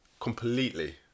Completely